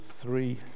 three